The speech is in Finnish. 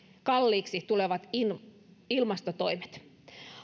kalliiksi tulevat ilmastotoimet